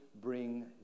bring